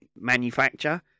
manufacture